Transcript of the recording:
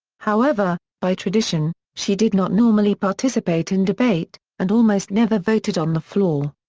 however, by tradition, she did not normally participate in debate, and almost never voted on the floor.